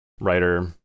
writer